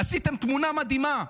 עשיתם תמונה מדהימה,